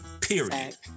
Period